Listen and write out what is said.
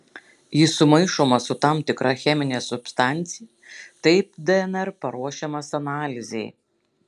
jis sumaišomas su tam tikra chemine substancija taip dnr paruošiamas analizei